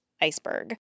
iceberg